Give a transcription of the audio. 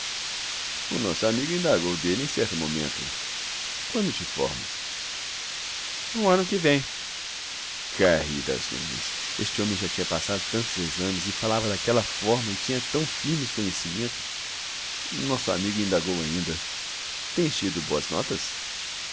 o nosso amigo indagou dele em certo momento quando te formas no ano que vem caí das nuvens este homem já tinha passado tantos exames e falava daquela forma e tinha tão firmes conhecimentos o nosso amigo indagou ainda tens tido boas notas